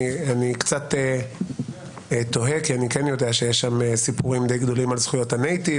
אני קצת תוהה כי אני יודע שיש שם סיפורים די --- על זכויות הנייטיב,